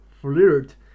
flirt